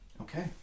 Okay